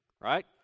right